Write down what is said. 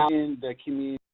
in the communities.